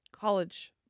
college